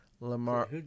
Lamar